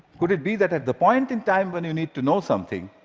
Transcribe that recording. could it be that, at the point in time when you need to know something,